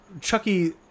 Chucky